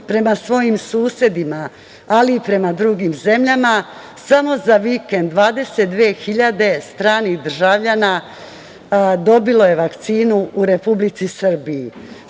prema svojim susedima ali i prema drugim zemljama, samo za vikend 22 hiljade stranih državljana dobilo je vakcinu u Republici Srbiji.